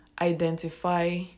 identify